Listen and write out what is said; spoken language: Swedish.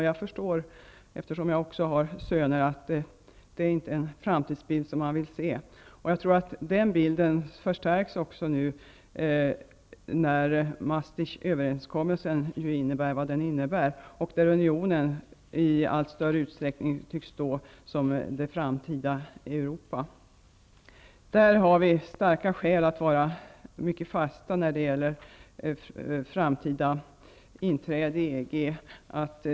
Jag förstår att det inte är en framtidsbild som man vill se, eftersom också jag har söner. Den bilden förstärks nu av innebörden i Maastrichtöverenskommelsen. Där tycks unionen i allt större utsträckning stå som det framtida Europa. Där har vi starka skäl att vara mycket fasta när det gäller ett framtida inträde i EG.